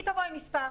היא תבוא עם מספר.